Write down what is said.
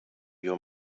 your